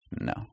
No